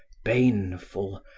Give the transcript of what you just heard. baneful,